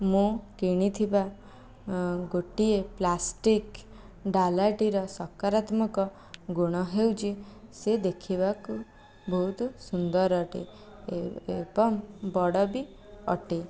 ମୁଁ କିଣିଥିବା ଗୋଟିଏ ପ୍ଲାଷ୍ଟିକ ଡାଲାଟିର ସକରାତ୍ମକ ଗୁଣ ହେଉଛି ସେ ଦେଖିବାକୁ ବହୁତ ସୁନ୍ଦର ଅଟେ ଏବଂ ବଡ଼ ବି ଅଟେ